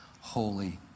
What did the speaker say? holy